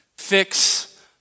fix